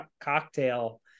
cocktail